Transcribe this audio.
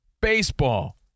Baseball